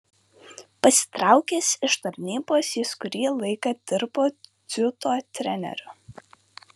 pasitraukęs iš tarnybos jis kurį laiką dirbo dziudo treneriu